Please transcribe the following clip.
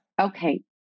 Okay